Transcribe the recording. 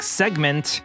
segment